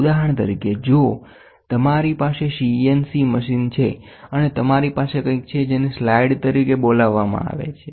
ઉદાહરણ તરીકે જો તમારી પાસે CNC મશીન છે અને તમારી પાસે કંઈક છે જેને સ્લાઇડ તરીકે બોલાવવામાં આવે છે